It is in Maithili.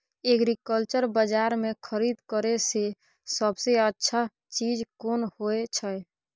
एग्रीकल्चर बाजार में खरीद करे से सबसे अच्छा चीज कोन होय छै?